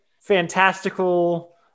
fantastical